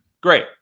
great